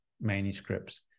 manuscripts